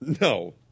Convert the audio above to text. No